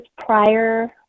prior